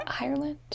Ireland